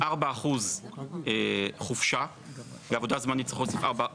החשש שלו שיהיה פה מחטפים.